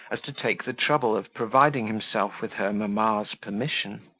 as to take the trouble of providing himself with her mamma's permission.